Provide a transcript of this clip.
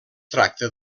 tracta